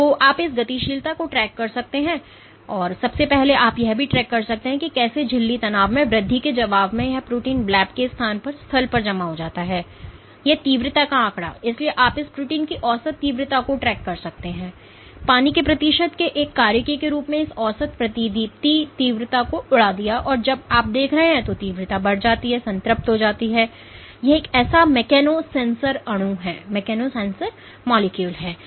तो आप इस गतिशीलता को ट्रैक कर सकते हैं सबसे पहले आप यह भी ट्रैक कर सकते हैं कि कैसे झिल्ली तनाव में वृद्धि के जवाब में यह प्रोटीन ब्लब के स्थान स्थल पर जमा होता है और यह तीव्रता का आंकड़ा इसलिए आप इस प्रोटीन की औसत तीव्रता को ट्रैक कर सकते हैं पानी के प्रतिशत के एक कार्यकी के रूप में इस औसत प्रतिदीप्ति तीव्रता को उड़ा दिया और जो आप देख रहे हैं वह तीव्रता बढ़ जाती है और संतृप्त हो जाती है यह सुझाव देते हुए कि यह एक ऐसा मैकेनो सेंसर अणु है